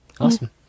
Awesome